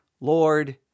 Lord